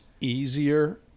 easier